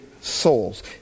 souls